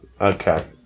Okay